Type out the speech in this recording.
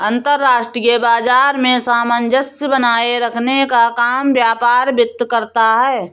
अंतर्राष्ट्रीय बाजार में सामंजस्य बनाये रखने का काम व्यापार वित्त करता है